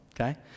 okay